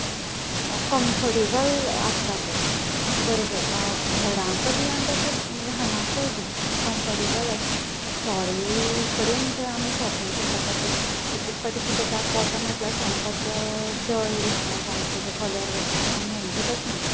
comfortable आसता ते बरोबर व्हडांक बी आनी तशें ल्हानांकूय बी कमफटेबल आसता थोडे कडेन जे आमी शोपींग करताले तातूंत एकेक पाटी कितेंजाता कोटन आसल्यार सामकोच डल दिसता जावं ताचो कलर वता पूण हेंचें तशें ना